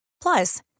Plus